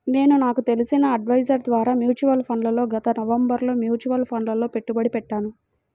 నేను నాకు తెలిసిన అడ్వైజర్ ద్వారా మ్యూచువల్ ఫండ్లలో గత నవంబరులో మ్యూచువల్ ఫండ్లలలో పెట్టుబడి పెట్టాను